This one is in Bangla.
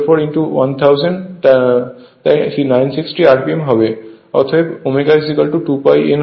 অতএব ω2 pi n হবে